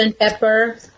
pepper